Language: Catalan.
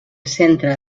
centre